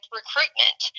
recruitment